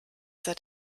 seit